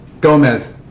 Gomez